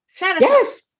Yes